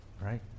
right